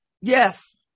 Yes